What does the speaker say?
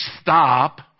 stop